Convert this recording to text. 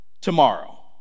tomorrow